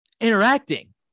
interacting